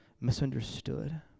misunderstood